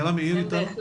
כן.